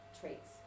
traits